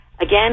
Again